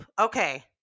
Okay